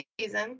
season